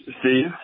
Steve